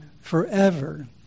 forever